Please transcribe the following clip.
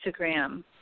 Instagram